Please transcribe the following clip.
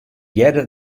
hearde